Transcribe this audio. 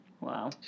Wow